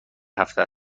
هفته